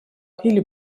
или